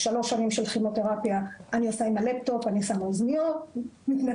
שלוש שנים של כימותרפיה אני עובדת עם הלפטופ ואני שמה אוזניות,